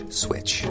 switch